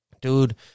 dude